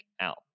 out